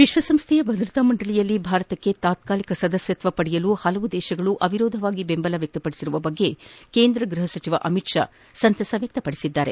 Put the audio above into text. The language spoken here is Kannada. ವಿಶ್ವ ಸಂಸ್ಥೆಯ ಭದ್ರತಾ ಮಂಡಳಿಯಲ್ಲಿ ಭಾರತಕ್ಕೆ ತಾತ್ನಾಲಿಕ ಸದಸ್ಟತ್ವ ಪಡೆಯಲು ಹಲವಾರು ದೇಶಗಳು ಅವಿರೋಧವಾಗಿ ಬೆಂಬಲ ವ್ಯಕ್ತಪಡಿಸಿರುವ ಬಗ್ಗೆ ಕೇಂದ್ರ ಗೃಹ ಸಚಿವ ಅಮಿತ್ ಷಾ ಸಂತಸ ವ್ಯಕ್ತಪಡಿಸಿದ್ದಾರೆ